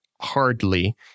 hardly